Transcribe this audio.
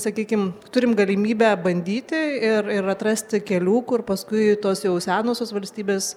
sakykim turim galimybę bandyti ir ir atrasti kelių kur paskui tos jau senosios valstybės